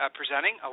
presenting